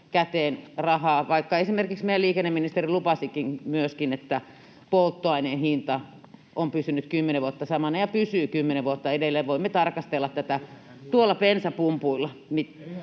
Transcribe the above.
vaikka esimerkiksi meidän liikenneministerimme lupasi myöskin, että kun polttoaineen hinta on pysynyt kymmenen vuotta samana, niin se pysyy edelleen kymmenen vuotta. Voimme tarkastella tätä tuolla bensapumpuilla.